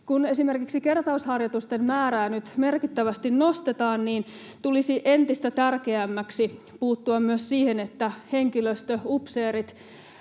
Kun esimerkiksi kertausharjoitusten määrää nyt merkittävästi nostetaan, niin tulisi entistä tärkeämmäksi puuttua myös siihen, että henkilöstö, upseerit,